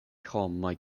homoj